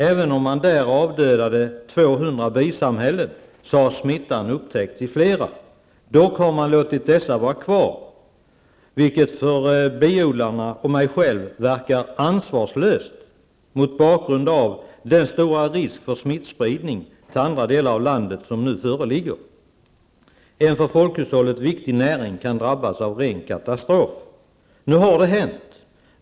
Även om man där av dödade 200 bisamhällen har smittan upptäckts i flera andra samhällen. Dock har man låtit dessa samhällen finnas kvar, vilket för biodlarna och mig själv verkar ansvarslöst mot bakgrund av den stora risk för smittspridning till andra delar av landet som nu föreligger. En för folkhushållet viktig näring kan drabbas av ren katastrof. Nu har det hänt.